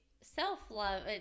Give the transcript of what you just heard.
self-love